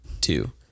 two